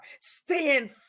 Stand